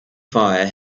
fire